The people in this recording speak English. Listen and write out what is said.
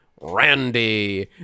randy